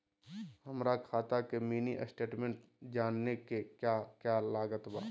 हमरा खाता के मिनी स्टेटमेंट जानने के क्या क्या लागत बा?